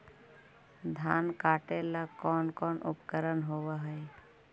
धान काटेला कौन कौन उपकरण होव हइ?